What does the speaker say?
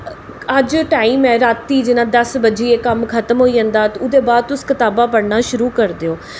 अज्ज टाइम ऐ रातीं जियां दस बज्जियै कम्म खत्म होई जंदा ते ओह्दे बाद तुस कताबां पढ़ना शुरू करदे ओ